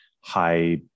high